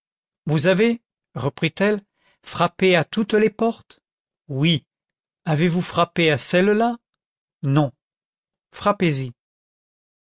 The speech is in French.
vous avez reprit-elle frappé à toutes les portes oui avez-vous frappé à celle-là non